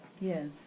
Yes